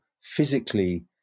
physically